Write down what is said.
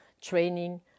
training